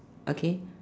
okay